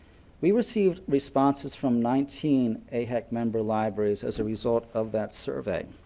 we received responses from nineteen aihec member libraries as a result of that survey.